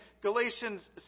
Galatians